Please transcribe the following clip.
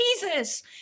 jesus